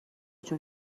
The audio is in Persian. جون